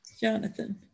jonathan